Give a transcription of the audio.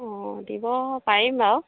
অ' দিব পাৰিম বাৰু